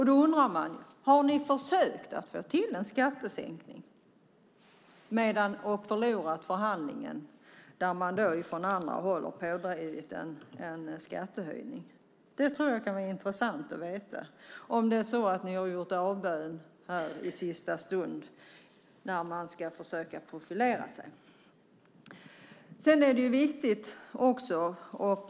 Då undrar man: Har ni försökt att få till en skattesänkning och förlorat förhandlingen eftersom man från andra håll drivit på för en skattehöjning? Det skulle vara intressant att veta om ni har gjort avbön i sista stund när man skulle profilera sig.